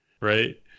right